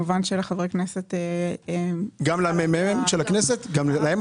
גם לממ"מ של הכנסת?